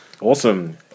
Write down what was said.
Awesome